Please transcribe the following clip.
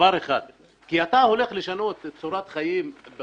אתה הולך לשנות דרסטית את צורת החיים של